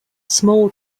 small